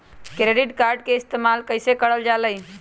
Credit card के इस्तेमाल कईसे करल जा लई?